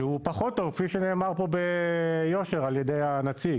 שהוא פחות טוב כפי שנאמר פה ביושר על ידי הנציג,